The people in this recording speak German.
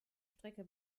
strecke